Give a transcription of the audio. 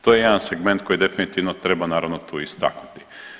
To je jedan segment koji definitivno treba naravno tu istaknuti.